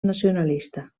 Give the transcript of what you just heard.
nacionalista